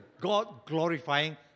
God-glorifying